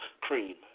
cream